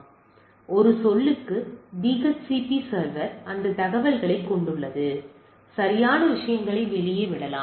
எனவே ஒரு சொல்லுக்கு DHCP சர்வர் அந்த தகவல்களைக் கொண்டுள்ளது அவை சரியான விஷயங்களை வெளியே விடலாம்